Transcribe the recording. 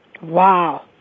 Wow